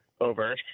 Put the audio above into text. over